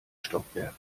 stockwerk